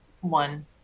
one